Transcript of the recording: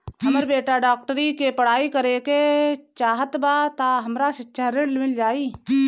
हमर बेटा डाक्टरी के पढ़ाई करेके चाहत बा त हमरा शिक्षा ऋण मिल जाई?